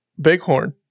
Bighorn